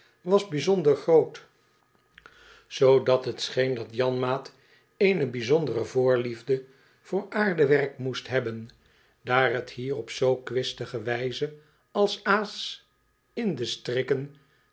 was bijzonder groot zoodat t scheen dat janmaat eene hij zondere voorliefde voor aardewerk moest hebben daar t hier op zoo kwistige wijze als aas in de strikken